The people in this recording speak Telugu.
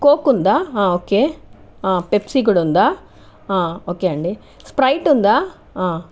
కోక్ ఉందా ఓకే పెప్సీ కూడా ఉందా ఓకే అండి స్ప్రైట్ ఉందా